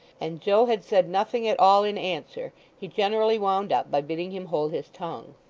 and joe had said nothing at all in answer, he generally wound up by bidding him hold his tongue.